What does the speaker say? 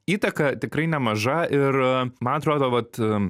įtaka tikrai nemaža ir man atrodo vat